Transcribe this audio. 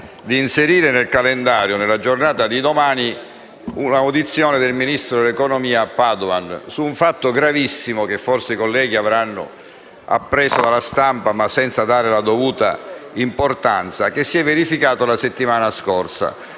di inserire nel calendario della giornata di domani l'audizione del ministro dell'economia Padoan su un fatto gravissimo, che forse i colleghi avranno appreso dalla stampa ma senza dargli la dovuta importanza, che si è verificato la settimana scorsa